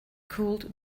cooled